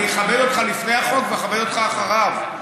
אני אכבד אותך לפני החוק ואכבד אותך אחריו.